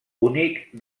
únic